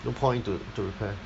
no point to to repair